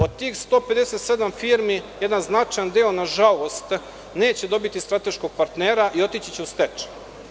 Od tih 157 firmi jedan značajan deo, nažalost, neće dobiti strateškog partnera i otići će u stečaj.